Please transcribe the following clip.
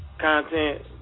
Content